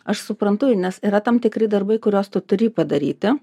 aš suprantu nes yra tam tikri darbai kuriuos tu turi padaryti